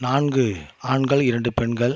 நான்கு ஆண்கள் இரண்டு பெண்கள்